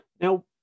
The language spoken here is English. Now